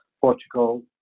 Portugal